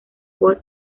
por